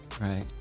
right